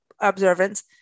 observance